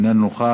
אינו נוכח.